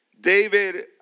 David